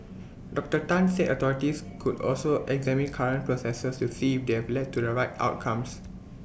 Doctor Tan said authorities could also examine current processes to see if they have led to the right outcomes